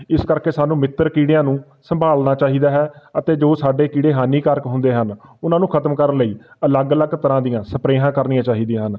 ਇਸ ਕਰਕੇ ਸਾਨੂੰ ਮਿੱਤਰ ਕੀੜਿਆਂ ਨੂੰ ਸੰਭਾਲਣਾ ਚਾਹੀਦਾ ਹੈ ਅਤੇ ਜੋ ਸਾਡੇ ਕੀੜੇ ਹਾਨੀਕਾਰਕ ਹੁੰਦੇ ਹਨ ਉਹਨਾਂ ਨੂੰ ਖਤਮ ਕਰਨ ਲਈ ਅਲੱਗ ਅਲੱਗ ਤਰ੍ਹਾਂ ਦੀਆਂ ਸਪਰੇਹਾਂ ਕਰਨੀਆਂ ਚਾਹੀਦੀਆਂ ਹਨ